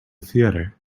theater